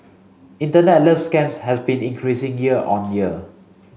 internet love scams have been increasing year on year